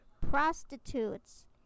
prostitutes